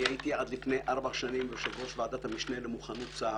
אני הייתי עד לפני ארבע שנים יושב-ראש ועדת המשנה למוכנות צה"ל,